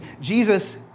Jesus